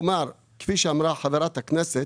כלומר, כפי שאמרה חברת הכנסת,